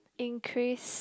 increase